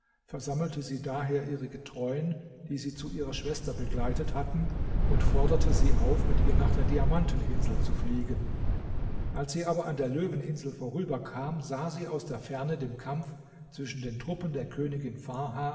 versammelte sie daher ihre getreuen die sie zu ihrer schwester begleitet hatten und forderte sie auf mit ihr nach der diamanteninsel zu fliegen als sie aber an der löweninsel vorüberkam sah sie aus der ferne dem kampf zwischen den truppen der königin farha